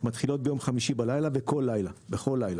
כל השבת?